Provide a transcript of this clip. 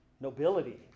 nobility